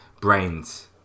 Brains